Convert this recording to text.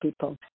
people